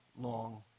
long